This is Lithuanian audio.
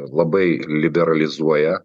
labai liberalizuoja